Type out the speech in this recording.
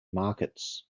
markets